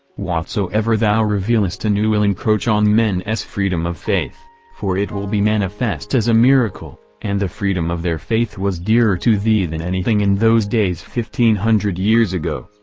whatsoever thou revealest anew will encroach on men s freedom of faith for it will be manifest as a miracle, and the freedom of their faith was dearer to thee than anything in those days fifteen hundred years ago.